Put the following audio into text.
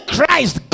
Christ